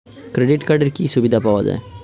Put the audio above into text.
Credit কার্ডের কি কি সুবিধা পাওয়া যায়?